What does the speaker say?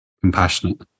compassionate